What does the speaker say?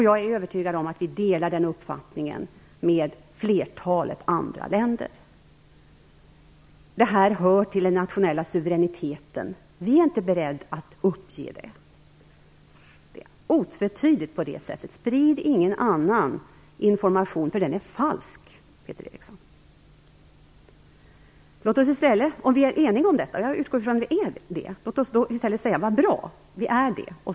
Jag är övertygad om att vi delar den uppfattningen med flertalet andra länder. Det hör till den nationella suveräniteten. Vi är inte beredda att uppge det. Det är otvetydigt på det sättet. Sprid ingen annan information, för den är falsk, Peter Eriksson! Om vi är eniga om detta, och jag utgår från att vi är det, låt oss då i stället säga: Det är bra att vi är eniga.